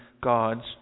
God's